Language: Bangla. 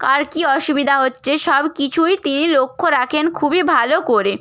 কার কী অসুবিধা হচ্ছে সব কিছুই তিনি লক্ষ্য রাখেন খুবই ভালো করে